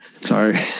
Sorry